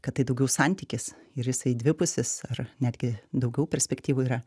kad tai daugiau santykis ir jisai dvipusis ar netgi daugiau perspektyvų yra